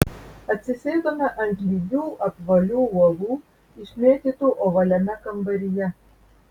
atsisėdome ant lygių apvalių uolų išmėtytų ovaliame kambaryje